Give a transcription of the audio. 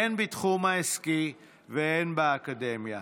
הן בתחום העסקי והן באקדמיה.